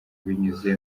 binyuze